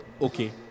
okay